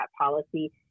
policy